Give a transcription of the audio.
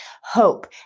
hope